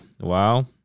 Wow